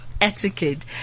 etiquette